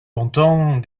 longtemps